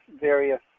various